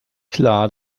klar